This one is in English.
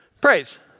praise